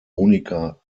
monika